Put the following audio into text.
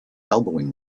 elbowing